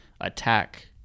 attack